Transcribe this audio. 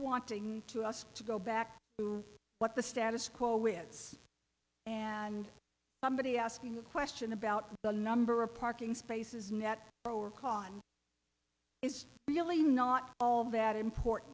wanting to us to go back to what the status quo wittes and somebody asking a question about the number of parking spaces net pro or con is really not all that important